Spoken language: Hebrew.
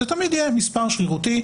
זה תמיד יהיה מספר שרירותי,